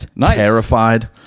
terrified